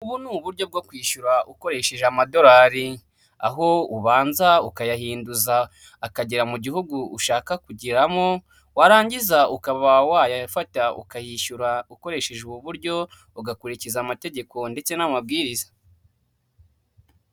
Ubu ni uburyo bwo kwishyura ukoresheje amadorari. Aho ubanza ukayahinduza, akagera mu gihugu ushaka kugeramo, warangiza ukaba wayafata ukayishyura ukoresheje ubu buryo, ugakurikiza amategeko ndetse n'amabwiriza.